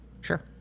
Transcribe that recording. Sure